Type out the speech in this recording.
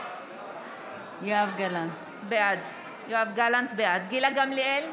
בעד גילה גמליאל,